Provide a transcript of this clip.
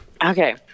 Okay